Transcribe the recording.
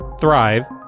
thrive